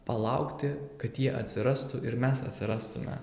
palaukti kad jie atsirastų ir mes atsirastumėm